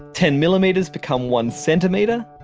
ten millimeters become one centimeter.